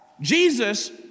Jesus